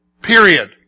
Period